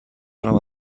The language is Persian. دارم